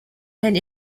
and